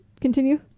continue